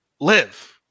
live